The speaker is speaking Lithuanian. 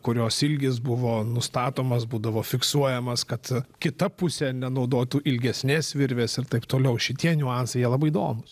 kurios ilgis buvo nustatomas būdavo fiksuojamas kad kita pusė nenaudotų ilgesnės virvės ir taip toliau šitie niuansai jie labai įdomūs